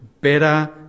better